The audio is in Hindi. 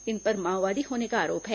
इन पर माओवादी होने का आरोप है